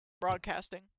Broadcasting